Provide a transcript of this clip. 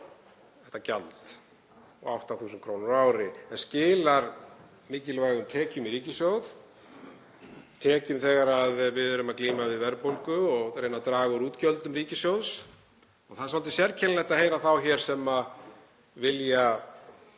þetta gjald, og 8.000 kr. á ári en það skilar mikilvægum tekjum í ríkissjóð þegar við erum að glíma við verðbólgu og reyna að draga úr útgjöldum ríkissjóðs. Það er svolítið sérkennilegt að heyra í þeim hér sem vilja